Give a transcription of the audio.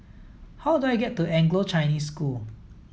how do I get to Anglo Chinese School